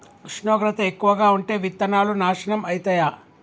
ఉష్ణోగ్రత ఎక్కువగా ఉంటే విత్తనాలు నాశనం ఐతయా?